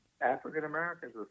African-Americans